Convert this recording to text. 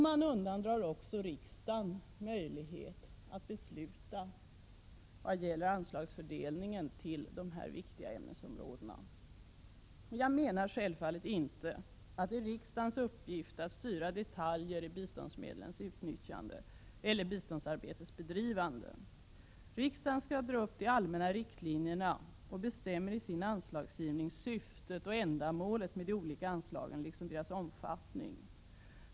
Man undandrar också riksdagen möjligheten att besluta om anslagsfördelningen till dessa viktiga ämnesområden. Jag menar självfallet inte att det är riksdagens uppgift att styra detaljer i biståndsmedlens utnyttjande eller biståndsarbetets bedrivande. Riksdagen skall dra upp de allmänna riktlinjerna och i sin anslagsgivning bestämma syftet och ändamålet med de olika anslagen liksom deras omfattning.